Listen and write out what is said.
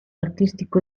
artístico